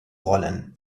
rollen